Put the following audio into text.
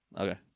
Okay